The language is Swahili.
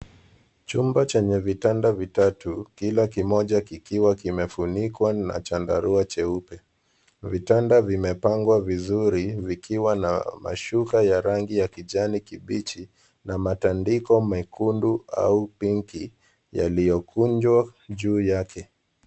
Chumba chenye vitanda vitatu kila kimoja kikiwa kimefunikwa na chandarua cheupe. Vitanda vimepangwa vizuri vikiwa na mashuka ya rangi ya kijani kibichi na matandiko mekundu au pinki yaliyokunjwa juu yake.